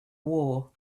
war